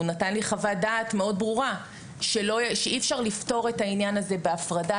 הוא נתן לי חוות דעת מאוד ברורה שאי אפשר לפתור את העניין הזה בהפרדה,